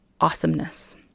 awesomeness